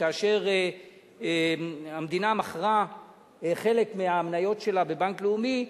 כאשר המדינה מכרה חלק מהמניות שלה בבנק לאומי,